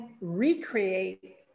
recreate